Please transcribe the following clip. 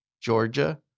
georgia